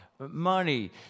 Money